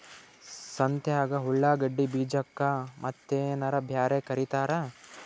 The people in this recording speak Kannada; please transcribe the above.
ಸಂತ್ಯಾಗ ಉಳ್ಳಾಗಡ್ಡಿ ಬೀಜಕ್ಕ ಮತ್ತೇನರ ಬ್ಯಾರೆ ಕರಿತಾರ?